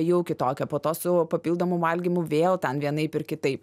jau kitokia po to savo papildomų valgymų vėl ten vienaip ir kitaip